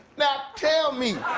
now, tell me,